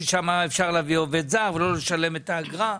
ששם אפשר להביא עובד זר ולא לשלם את האגרה.